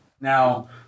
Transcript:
now